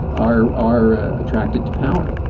are are ah attracted to power